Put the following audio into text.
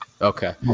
Okay